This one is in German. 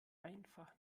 einfach